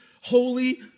Holy